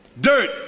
dirt